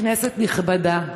היושב-ראש, כנסת נכבדה,